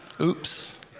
Oops